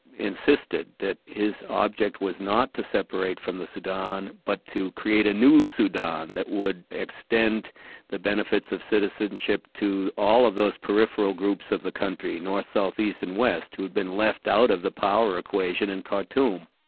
insisted that his object was not to separate from the sudan, but to create a new sudan that would extend the benefits of citizenship to all of those peripheral groups of the country, north, south, east and west, who had been left out of the power it waged and in khartoum.